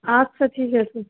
আচ্ছা ঠিক আছে